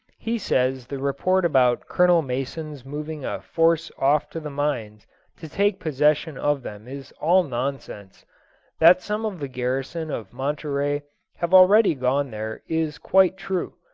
he says the report about colonel mason's moving a force off to the mines to take possession of them is all nonsense that some of the garrison of monterey have already gone there, is quite true,